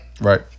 Right